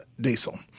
diesel